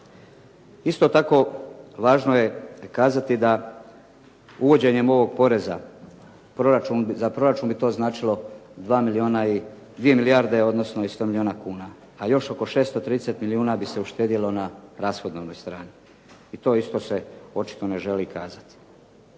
Isto tako, važno je kazati da uvođenjem ovog poreza za proračun bi to značilo 2 milijarde i 100 milijuna kuna, a još oko 630 milijuna bi se uštedjelo na rashodovnoj strani i to isto se očito ne želi kazati,